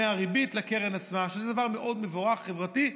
בין הריבית לקרן עצמה, שזה דבר מאוד חברתי ומבורך.